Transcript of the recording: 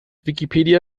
wikipedia